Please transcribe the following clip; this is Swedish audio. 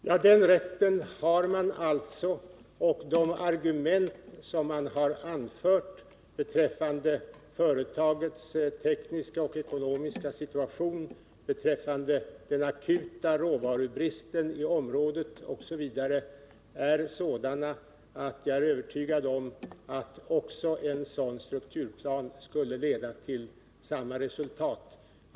Herr talman! Den rätten har NCB alltså, och de argument som man har anfört — beträffande företagets tekniska och ekonomiska situation, beträffande den akuta råvarubristen i området osv. — är sådana att jag är övertygad om att en strukturplan också skulle leda till samma resultat.